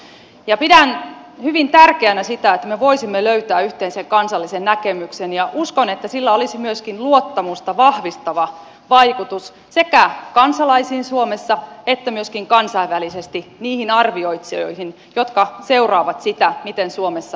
pidän hyvin tärkeänä sitä että me voisimme löytää yhteisen kansallisen näkemyksen ja uskon että sillä olisi myöskin luottamusta vahvistava vaikutus sekä kansalaisiin suomessa että myöskin kansainvälisesti niihin arvioitsijoihin jotka seuraavat sitä miten suomessa taloutta hoidetaan